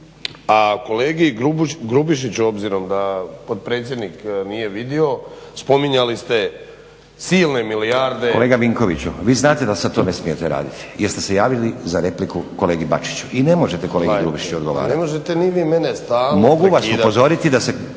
A kolegi Grubišiću, obzirom da potpredsjednik nije vidio, spominjali ste silne milijarde… **Stazić, Nenad (SDP)** Kolega Vinkoviću, vi znate da sad to ne smijete raditi jer ste se javili za repliku kolegi Bačiću i ne možete kolegi Grubišiću odgovarati. **Vinković, Zoran (HDSSB)** Gledajte,